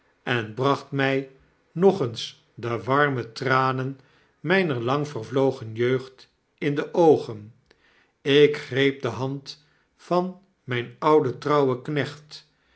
en bracht mij nog eens de warme tranen myner lang vervlogen jeugd in de oogen ik greep de hand van mijn ouden trouwen knecht